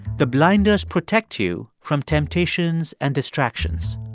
the blinders protect you from temptations and distractions.